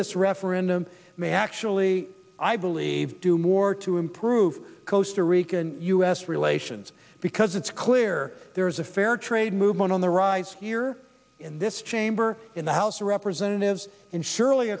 this referendum may actually i believe do more to improve kosta rican u s relations because it's clear there's a fair trade movement on the rise here in this for in the house of representatives in surely